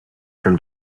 from